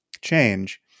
change